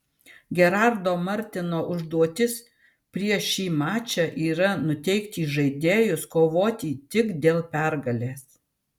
gerardo martino užduotis prieš šį mačą yra nuteikti žaidėjus kovoti tik dėl pergalės